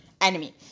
enemy